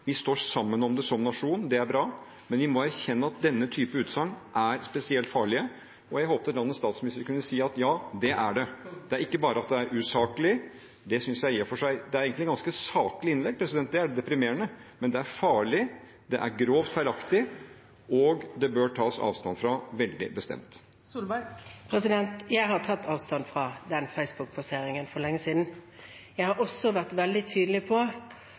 Vi står sammen om det som nasjon – det er bra. Men vi må erkjenne at denne type utsagn er spesielt farlige, og jeg håpet at landets statsminister kunne si: Ja, det er det. Det er ikke bare at det er usaklig – det er egentlig et ganske saklig innlegg, det er det deprimerende. Men det er farlig, det er grovt feilaktig, og det bør tas avstand fra veldig bestemt. Jeg har tatt avstand fra den Facebook-posteringen for lenge siden. Jeg har også vært veldig tydelig på